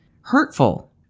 hurtful